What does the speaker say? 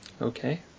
Okay